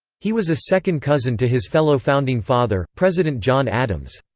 he was a second cousin to his fellow founding father, president john adams.